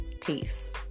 Peace